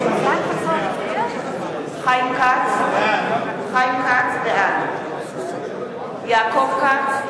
נגד חיים כץ, בעד יעקב כץ,